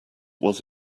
was